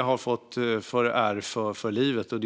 har fått ärr för livet.